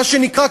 מה שנקרא,